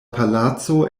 palaco